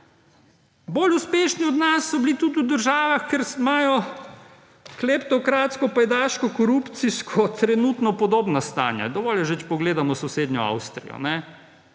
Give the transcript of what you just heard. Bolj uspešni od nas so bili tudi v državah, kjer imajo kleptokratsko-pajdaško-korupcijsko trenutno podobna stanja. Dovolj je že, če pogledamo sosednjo Avstrijo.